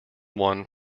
won